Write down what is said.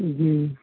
جی